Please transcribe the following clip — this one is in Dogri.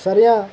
सरेआं